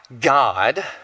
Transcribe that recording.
God